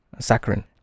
saccharin